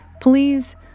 Please